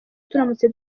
turamutse